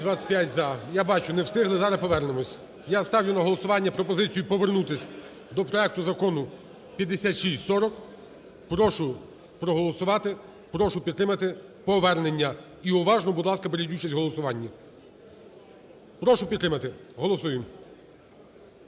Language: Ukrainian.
Я бачу, не встигли, зараз повернемося. Я ставлю на голосування пропозицію повернутися до проекту закону 5640, прошу проголосувати, прошу підтримати повернення і уважно, будь ласка, беріть участь у голосуванні. Прошу підтримати, голосуємо.